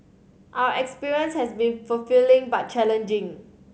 our experience has been fulfilling but challenging